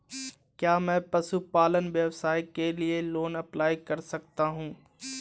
क्या मैं पशुपालन व्यवसाय के लिए लोंन अप्लाई कर सकता हूं?